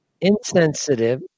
insensitive